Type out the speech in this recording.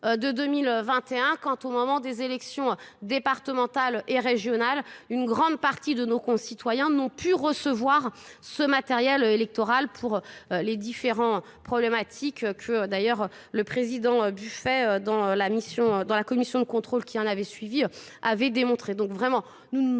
de 2021 quand au moment des élections départementales et régionales, une grande partie de nos concitoyens n'ont pu recevoir ce matériel électoral pour les différents problématiques que d'ailleurs le président Buffet dans la commission de contrôle qui en avait suivi avait démontré.